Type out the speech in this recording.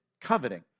coveting